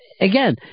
again